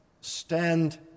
stand